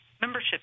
membership